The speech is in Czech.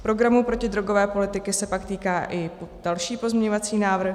Programu protidrogové politiky se pak týká i další pozměňovací návrh.